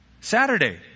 Saturday